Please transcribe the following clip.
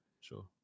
Sure